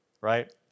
right